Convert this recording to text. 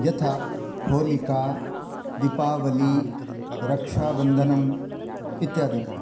यथा होलिका दीपावलिः रक्षाबन्धनम् इत्यादिकं